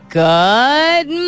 good